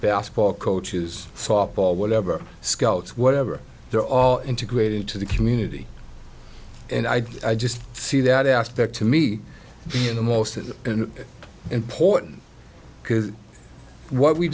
basketball coaches softball whatever scouts whatever they're all integrated into the community and i just see that aspect to me being the most important because what we